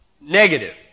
negative